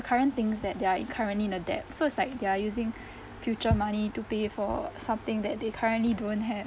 current things that they are in currently in a debt so it's like they're using future money to pay for something that they currently don't have